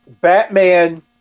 Batman